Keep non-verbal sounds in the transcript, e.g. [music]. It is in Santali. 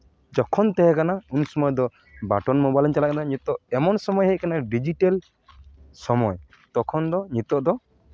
ᱡᱚᱠᱷᱚᱱ ᱛᱟᱦᱮᱸ ᱠᱟᱱᱟ ᱩᱱ ᱥᱚᱢᱚᱭ ᱫᱚ [unintelligible] ᱱᱤᱛᱚᱜ ᱮᱢᱚᱱ ᱥᱚᱢᱚᱭ ᱦᱮᱡ ᱠᱟᱱᱟ ᱰᱤᱡᱤᱴᱮᱹᱞ ᱥᱚᱢᱚᱭ ᱛᱚᱠᱷᱚᱱ ᱫᱚ ᱱᱤᱛᱚᱜ ᱫᱚ